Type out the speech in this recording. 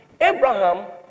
Abraham